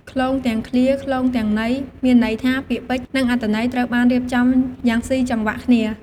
ឃ្លោងទាំងឃ្លា ឃ្លោងទាំងន័យ មានន័យថា ពាក្យពេចន៍ និងអត្ថន័យត្រូវបានរៀបចំឡើងយ៉ាងស៊ីចង្វាក់គ្នា។